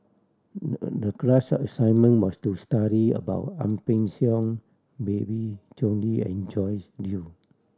the class assignment was to study about Ang Peng Siong Babe Conde and Joyce Jue